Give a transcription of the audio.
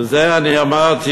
ואת זה אני אמרתי